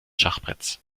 schachbretts